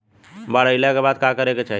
बाढ़ आइला के बाद का करे के चाही?